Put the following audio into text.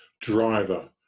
driver